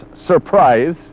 surprise